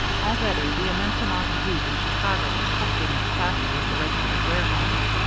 already the immense amount of wheat in chicago was testing the capacity of the registered warehouses,